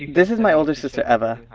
this is my older sister eva.